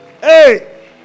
Hey